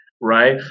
right